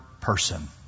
person